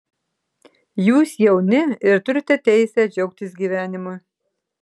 jūs jauni ir turite teisę džiaugtis gyvenimu